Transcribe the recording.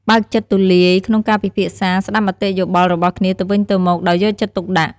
បើកចិត្តទូលាយក្នុងការពិភាក្សា ស្ដាប់មតិយោបល់របស់គ្នាទៅវិញទៅមកដោយយកចិត្តទុកដាក់។